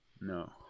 No